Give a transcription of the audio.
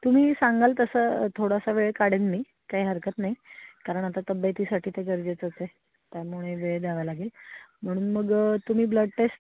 तुम्ही सांगाल तसं थोडासा वेळ काढेन मी काही हरकत नाही कारण आता तब्येतीसाठी ते गरजेचंच आहे त्यामुळे वेळ द्यावा लागेल म्हणून मग तुम्ही ब्लड टेस्ट